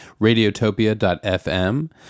radiotopia.fm